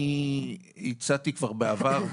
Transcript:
אני הצעתי כבר בעבר,